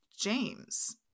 James